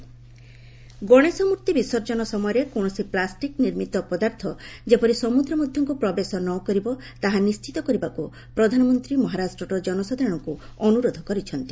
PM Maharashtra Ganesh ମୂର୍ତ୍ତି ବିସର୍ଜନ ସମୟରେ କୌଣସି ପ୍ଲାଷ୍ଟିକ୍ ନିର୍ମିତ ପଦାର୍ଥ ଯେପରି ସମୁଦ୍ର ମଧ୍ୟକୁ ପ୍ରବେଶ ନ କରିବ ତାହା ନିିିିତ କରିବାକୁ ପ୍ରଧାନମନ୍ତ୍ରୀ ମହାରାଷ୍ଟ୍ରର ଜନସାଧାରଣଙ୍କୁ ଅନୁରୋଧ କରିଛନ୍ତି